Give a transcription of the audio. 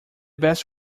best